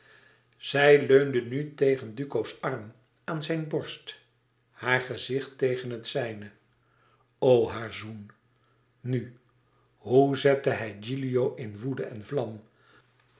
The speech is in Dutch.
zij leunde nu tegen duco's arm aan zijn borst haar gezicht tegen het zijne o haar zoen nu hoe zette hij gilio in woede en vlam